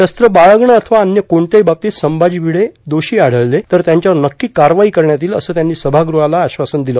शस्त्र बाळगणं अथवा अन्य कोणत्याही बाबतीत संभाजी भिडे दोषी आढळले तर त्यांच्यावर नक्की कारवाई करण्यात येईल असं त्यांनी सभागृहाला आश्वासन दिलं